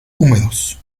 húmedos